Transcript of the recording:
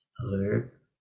alert